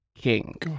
king